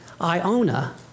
Iona